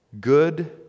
good